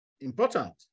important